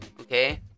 Okay